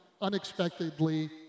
unexpectedly